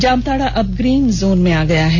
जामताड़ा अब green zone में आ गया है